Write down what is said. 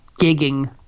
gigging